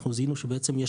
אנחנו זיהנו שיש